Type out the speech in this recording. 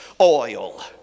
oil